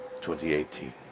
2018